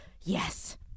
Yes